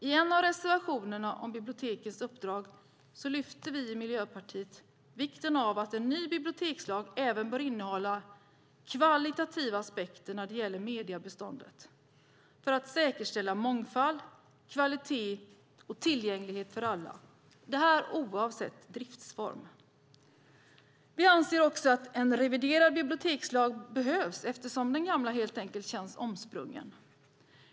I en av reservationerna om bibliotekens uppdrag lyfter vi i Miljöpartiet fram vikten av att en ny bibliotekslag även bör innehålla kvalitativa aspekter när det gäller mediebeståndet för att säkerställa mångfald, kvalitet och tillgänglighet för alla - oavsett driftsform. Vi anser att en reviderad bibliotekslag behövs eftersom den gamla helt enkelt känns omsprungen.